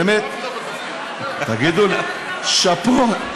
באמת, שאפו.